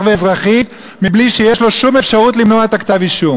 ואזרחית מבלי שיש לו אפשרות כלשהי למנוע את כתב-האישום.